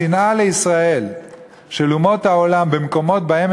השנאה של אומות העולם לישראל במקומות שבהם